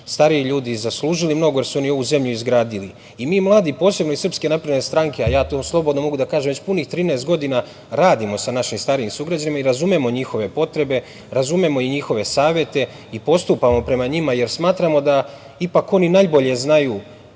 stariji ljudi zaslužili mnogo, jer su oni ovu zemlju izgradili. Mi mladi, posebno iz SNS, a ja to slobodno mogu da kažem, već punih 13 godina radimo sa našim starijim sugrađanima i razumemo njihove potrebe, razumemo i njihove savete i postupamo prema njima, jer smatramo da ipak oni najbolje znaju